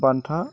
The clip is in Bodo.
बान्था